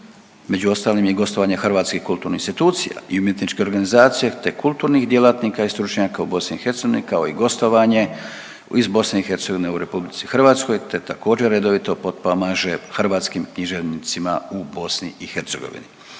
među ostalim i gostovanje hrvatskih kulturnih institucija i umjetničkih organizacija te kulturnih djelatnika i stručnjaka u BiH kao i gostovanje iz BiH u RH te također redovito potpomaže hrvatskim književnicima u BiH. Na javni